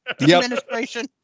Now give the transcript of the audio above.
Administration